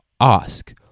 Ask